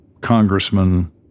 congressman